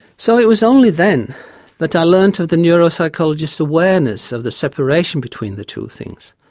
so it was only then that i learnt of the neuropsychologists' awareness of the separation between the two things.